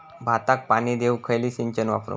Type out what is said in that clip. भाताक पाणी देऊक खयली सिंचन वापरू?